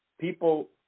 people